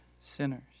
sinners